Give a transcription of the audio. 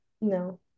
No